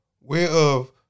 whereof